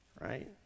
right